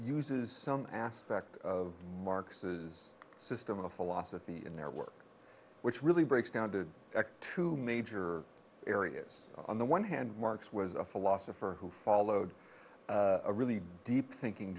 uses some aspect of marx's system of philosophy in their work which really breaks down to x two major areas on the one hand marx was a philosopher who followed a really deep thinking